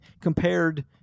compared